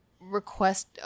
request